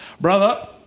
brother